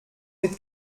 mit